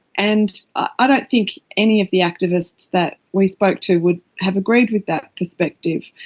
and i ah don't think any of the activists that we spoke to would have agreed with that perspective.